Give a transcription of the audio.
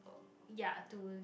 ya to